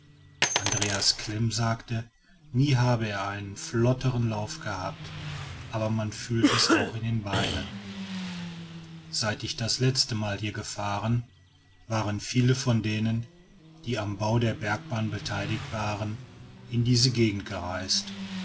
andreas klem sagte nie habe er einen flotteren lauf gehabt aber man fühlte es auch in den beinen seit ich das letzte mal hier gefahren waren viele von denen die am bau der bergbahn beteiligt waren in diese gegend gereist